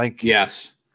Yes